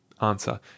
answer